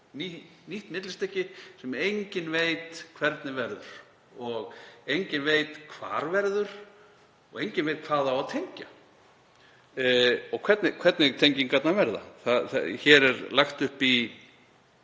nýtt millistykki sem enginn veit hvernig verður og enginn veit hvar verður og enginn veit hvað á að tengja og hvernig tengingarnar verða. Hér er lagt upp í